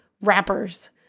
rappers